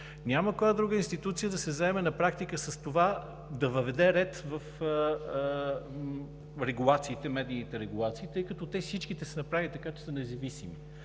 няма коя друга институция да се заеме на практика с това да въведе ред в медийните регулации, тъй като всичките са направени така, че са независими.